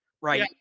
right